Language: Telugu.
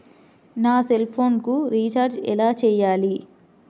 నా సెల్ఫోన్కు రీచార్జ్ ఎలా చేయాలి?